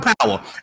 power